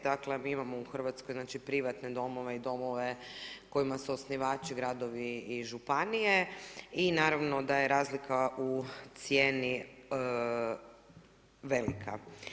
Dakle, mi imamo u Hrvatskoj privatne domove i domove kojima su osnivači gradovi i županije i naravno da je razlika u cijeni velika.